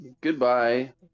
Goodbye